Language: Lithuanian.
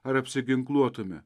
ar apsiginkluotume